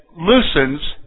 loosens